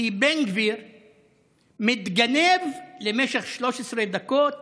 כי בן גביר מתגנב למשך 13 דקות